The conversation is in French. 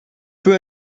peux